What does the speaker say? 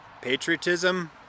patriotism